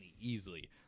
easily